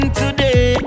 today